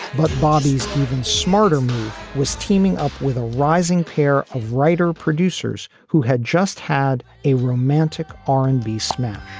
but bobbi's even smarter move was teaming up with a rising pair of writer producers who had just had a romantic r and b smash